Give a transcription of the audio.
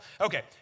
Okay